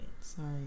Sorry